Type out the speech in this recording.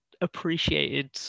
appreciated